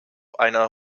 einer